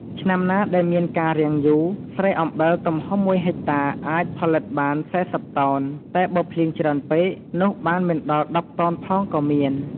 ឆ្នាំណាដែលមានការរាំងយូរ ស្រែអំបិលទំហំមួយហិកតាអាចផលិតបាន៤០តោន តែបើភ្លៀងច្រើនពេក នោះបានមិនដល់១០តោនផងក៏មាន។